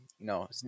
No